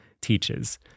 teaches